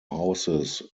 houses